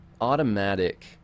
automatic